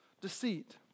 deceit